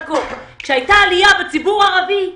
כשהייתה עלייה בציבור הערבי,